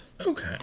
Okay